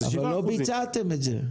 אבל לא ביצעתם את זה.